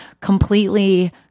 completely